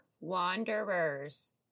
Wanderers